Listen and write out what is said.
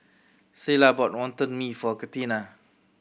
Cilla bought Wonton Mee for Catina